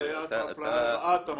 וזו הייתה אפליה לרעת הממ"ד.